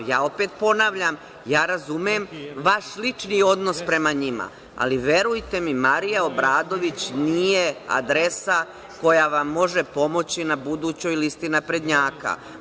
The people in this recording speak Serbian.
Opet ponavljam, razumem vaš lični odnos prema njima, ali verujte mi, Marija Obradović nije adresa koja vam može pomoći na budućoj listi naprednjaka.